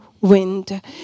Wind